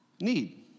need